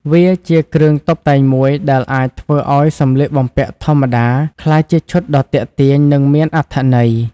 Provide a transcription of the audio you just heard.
វាជាគ្រឿងតុបតែងមួយដែលអាចធ្វើឲ្យសម្លៀកបំពាក់ធម្មតា ក្លាយជាឈុតដ៏ទាក់ទាញ និងមានអត្ថន័យ។